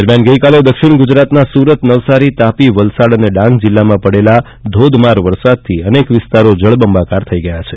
દરમ્યાન ગઇકાલે દક્ષિણ ગુજરાતનાં સુરત નવસારી તાપી વલસાડ અને ડાંગ જિલ્લામાં પડેલા ધોધમાર વરસાદથી અનેક વિસ્તારો જળબંબાકાર થઇ ગયા છે